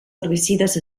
herbicides